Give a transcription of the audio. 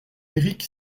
éric